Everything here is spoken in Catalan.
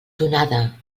donada